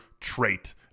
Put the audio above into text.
trait